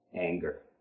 anger